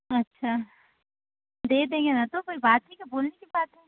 अच्छा दे देंगे ना तो कोई बात ही तो बोलने की बात है